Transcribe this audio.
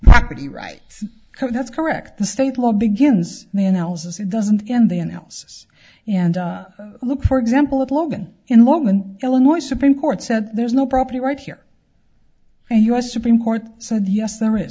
property rights that's correct the state will begins the analysis it doesn't in the in house and look for example at logan in mormon illinois supreme court said there is no property right here and us supreme court said yes there is